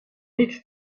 niet